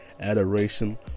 adoration